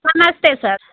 नमस्ते सर